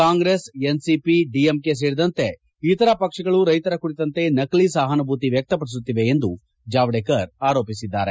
Congress NCP DMK ಸೇರಿದಂತೆ ಇತರ ಪಕ್ಷಗಳು ರೈತರ ಕುರಿತಂತೆ ನಕಲಿ ಸಹಾನುಭೂತಿ ವ್ಯಕ್ತಪಡಿಸುತ್ತಿವೆ ಎಂದು ಜಾವಡೇಕರ್ ಆರೋಪಿಸಿದ್ದಾರೆ